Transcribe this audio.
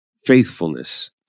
Faithfulness